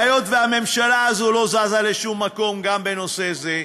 והיות שהממשלה לא זזה לשום מקום גם בנושא זה,